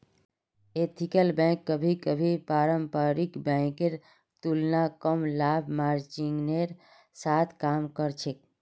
ethical bank कभी कभी पारंपरिक बैंकेर तुलनात कम लाभ मार्जिनेर साथ काम कर छेक